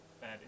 bad